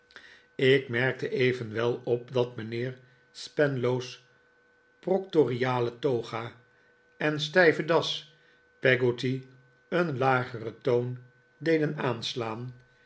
ik merkte evenwel op dat mijnheer spenlow's proctoriale toga en stijve das peggotty een lageren toon deden aanslaan